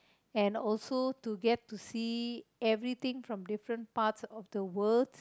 and also to get to see everything from different parts of the world